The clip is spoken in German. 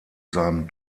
seinem